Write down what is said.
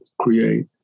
create